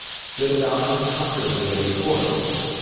stood about uncomfortably in the corridors,